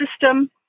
system